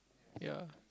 ya